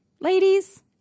Ladies